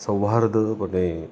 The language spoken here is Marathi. सौहार्दपणे